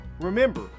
Remember